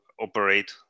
operate